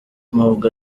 nubwo